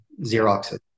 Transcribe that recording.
Xerox